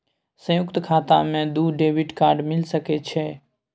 संयुक्त खाता मे दू डेबिट कार्ड मिल सके छै?